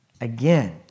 Again